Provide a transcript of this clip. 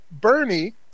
Bernie